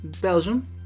Belgium